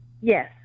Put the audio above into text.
Yes